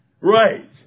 Right